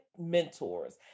mentors